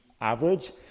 average